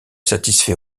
satisfait